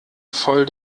voll